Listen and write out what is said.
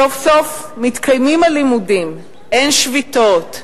סוף-סוף מתקיימים הלימודים, אין שביתות,